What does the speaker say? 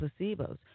placebos